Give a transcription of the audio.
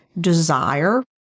desire